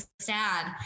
sad